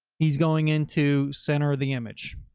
he's going into center the image.